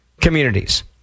communities